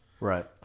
right